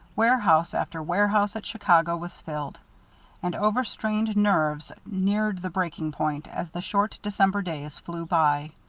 warehouse after warehouse at chicago was filled and over-strained nerves neared the breaking point as the short december days flew by.